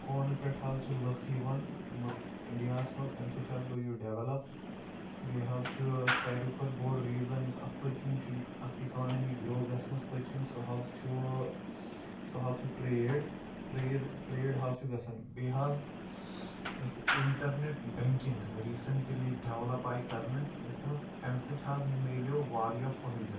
کوٗنہٕ پٮ۪ٹھ حظ چھِ لوکھ یِوان اِنڈیا ہَس منٛز اَمہِ سۭتۍ حظ گوٚو یہِ ڈیٚولَپ بیٚیہِ حظ چھُ ساروٕے کھۄتہٕ بوٚڑ ریٖزَن یُس اَتھ پٔتۍ کِنۍ چھُ یہِ اَتھ اِکانمی گرٛو گژھنَس پٔتۍ کِنۍ سُہ حظ چھُ سُہ حظ چھُ ٹرٛیڈ ٹرٛیڈ ٹرٛیڈ حظ چھُ گژھان بیٚیہِ حظ یَتھ اِنٹَرنیٚٹ بیٚنٛکِنٛگ ریٖسیٚنٹلی ڈیٚولَپ آیہِ کَرنہٕ یَتھ منٛز اَمہِ سۭتۍ حظ میلیو واریاہ فٲیدٕ